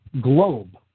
globe